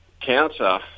counter